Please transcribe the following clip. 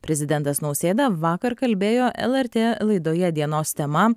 prezidentas nausėda vakar kalbėjo lrt laidoje dienos tema